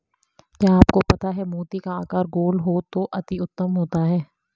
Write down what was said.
क्या आपको पता है मोती का आकार गोल हो तो अति उत्तम होता है